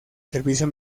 servicio